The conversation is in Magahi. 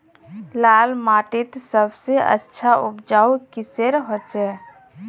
लाल माटित सबसे अच्छा उपजाऊ किसेर होचए?